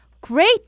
Great